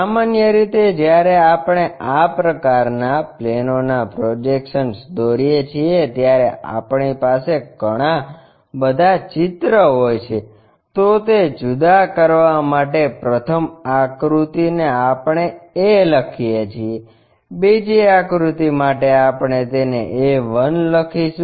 સામાન્ય રીતે જ્યારે આપણે આ પ્રકારના પ્લેનોના પ્રોજેક્શન્સ દોરીએ છીએ ત્યારે આપણી પાસે ઘણા બધા ચિત્ર હોય છે તો તે જુદા કરવા માટે પ્રથમ આકૃતિ ને આપણે a લખીએ છીએ બીજી આકૃતિ માટે આપણે તેને a 1 લખીશું